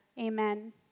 Amen